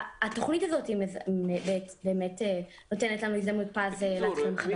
התוכנית הזאת נותנת לנו הזדמנות להתחיל מחדש.